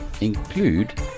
include